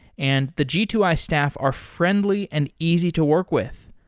and the g two i staff are friendly and easy to work with.